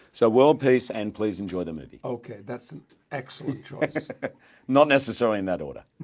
so world peace and please enjoy the movie okay that's an excellent choice not necessarily in that order